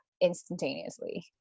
instantaneously